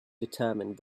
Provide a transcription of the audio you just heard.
determined